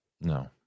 No